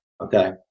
Okay